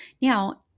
Now